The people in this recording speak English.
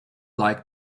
like